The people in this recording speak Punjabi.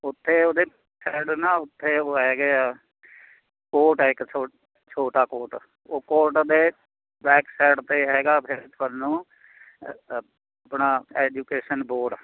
ਉੱਥੇ ਉਹਦੇ ਸਾਈਡ ਨਾ ਉੱਥੇ ਉਹ ਹੈਗੇ ਆ ਕੋਟ ਆ ਇੱਕ ਛੋਟਾ ਕੋਟ ਉਹ ਕੋਟ ਦੇ ਬੈਕ ਸਾਈਡ 'ਤੇ ਹੈਗਾ ਫਿਰ ਤੁਹਾਨੂੰ ਆਪਣਾ ਐਜੁਕੇਸ਼ਨ ਬੋਰਡ